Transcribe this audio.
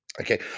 Okay